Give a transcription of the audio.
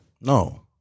No